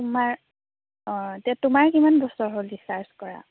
তোমাৰ অঁ এতিয়া তোমাৰ কিমান বছৰ হ'ল ৰিছাৰ্চ কৰা